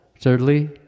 thirdly